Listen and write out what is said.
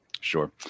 Sure